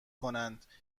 کنند